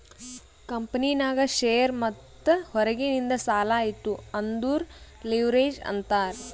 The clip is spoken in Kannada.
ಕಂಪನಿನಾಗ್ ಶೇರ್ ಮತ್ತ ಹೊರಗಿಂದ್ ಸಾಲಾ ಇತ್ತು ಅಂದುರ್ ಲಿವ್ರೇಜ್ ಅಂತಾರ್